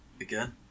again